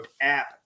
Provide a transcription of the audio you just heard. app